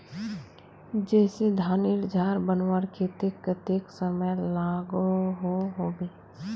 जैसे धानेर झार बनवार केते कतेक समय लागोहो होबे?